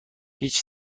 هیچ